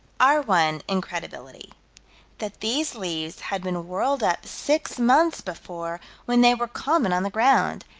our one incredibility that these leaves had been whirled up six months before, when they were common on the ground,